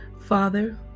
Father